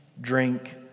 drink